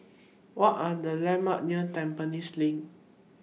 What Are The landmarks near Tampines LINK